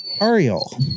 Ariel